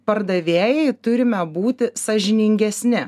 pardavėjai turime būti sąžiningesni